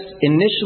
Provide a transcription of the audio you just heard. initially